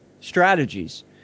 strategies